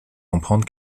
comprendre